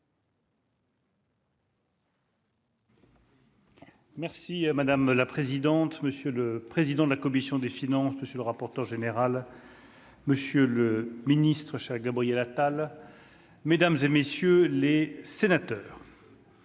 Merci madame la présidente, monsieur le président de la commission des finances, monsieur le rapporteur général. Monsieur le Ministre, cher Gabriel Attal mesdames et messieurs les sénateurs.